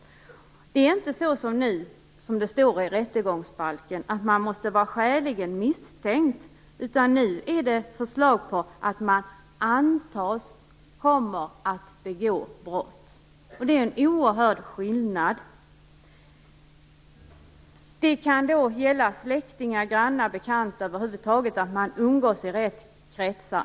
Det fungerar inte som det gör nu och som det står i rättegångsbalken, nämligen att man måste vara skäligen misstänkt. Nu gäller att man antas komma att begå brott, och det är en oerhört skillnad. Det kan omfatta släktingar, grannar och bekanta, och det gäller att man umgås i rätt kretsar.